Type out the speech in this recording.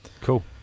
Cool